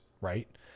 right